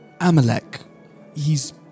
Amalek—he's